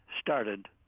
started